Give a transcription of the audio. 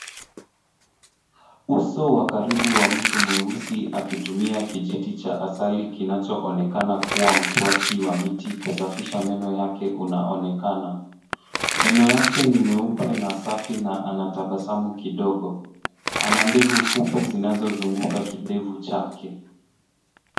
Uso wa karibu wa mtu mweusi akitumia kijiti cha asali kinachoonekana kuwa mswaki wa miti kusafisha meno yake unaonekana. Meno yake ni meupe na safi na anatabasamu kidogo, ana ndevu fupi zinazozunguka kidevu chake.